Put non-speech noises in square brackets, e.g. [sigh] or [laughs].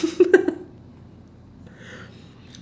[laughs]